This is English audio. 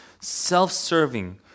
self-serving